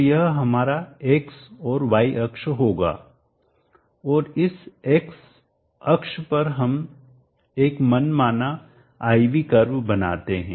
तो यह हमारा x और y अक्ष होगा और इस अक्ष पर हम एक मनमाना I V कर्व बनाते हैं